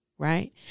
Right